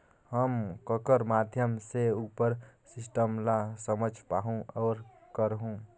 हम ककर माध्यम से उपर सिस्टम ला समझ पाहुं और करहूं?